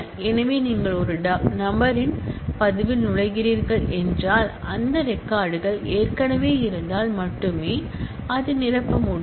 எனவே நீங்கள் ஒரு நபரின் பதிவில் நுழைகிறீர்கள் என்றால் அந்த ரெக்கார்ட் கள் ஏற்கனவே இருந்தால் மட்டுமே அது நிரப்ப முடியும்